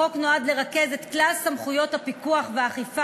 החוק נועד לרכז את כלל סמכויות הפיקוח והאכיפה